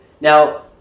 now